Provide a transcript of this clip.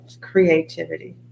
creativity